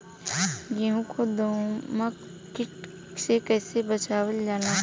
गेहूँ को दिमक किट से कइसे बचावल जाला?